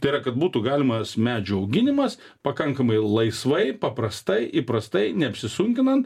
tai yra kad būtų galimas medžių auginimas pakankamai laisvai paprastai įprastai neapsisunkinant